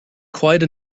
quite